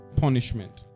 punishment